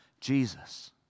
Jesus